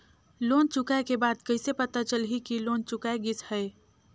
Loan चुकाय के बाद कइसे पता चलही कि लोन चुकाय गिस है?